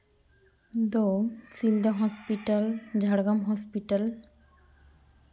ᱫᱚ Silda hospital Jhargram hospital